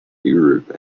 europe